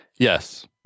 Yes